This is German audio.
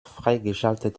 freigeschaltet